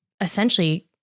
essentially